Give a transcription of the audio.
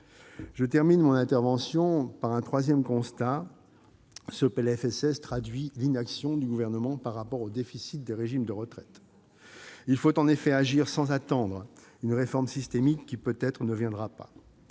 Je terminerai mon intervention par un troisième constat : ce PLFSS traduit l'inaction du Gouvernement par rapport au déficit des régimes de retraite. Or il faut agir sans attendre une réforme systémique qui, peut-être, ne viendra pas.